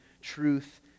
truth